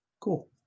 Cool